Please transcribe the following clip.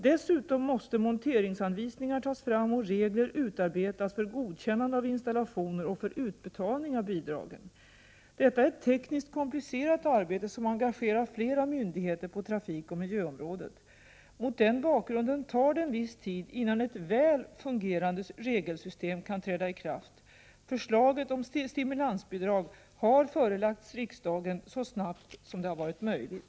Dessutom måste monteringsanvisningar tas fram och regler utarbetas för godkännande av installationer och för utbetalning av bidragen. Detta är ett — Prot. 1988/89:55 tekniskt komplicerat arbete som engagerar flera myndigheter på trafikoch 26 januari 1989 miljöområdet. Mot den bakgrunden tar det en viss tid innan ett väl fungerande regelsystem kan träda i kraft. Förslaget om stimulansbidrag har förelagts riksdagen så snart som det varit möjligt.